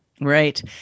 Right